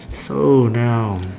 so now